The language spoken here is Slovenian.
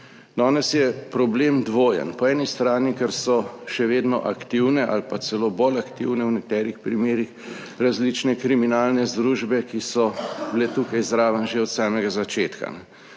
Danes je problem dvojen, po eni strani, ker so še vedno aktivne ali pa celo bolj aktivne v nekaterih primerih različne kriminalne združbe, ki so bile tukaj zraven že od samega začetka.